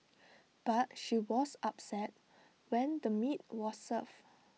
but she was upset when the meat was served